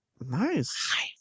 Nice